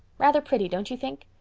rather pretty, don't you think?